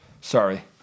Sorry